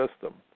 system